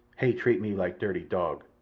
hay treat me like darty dog.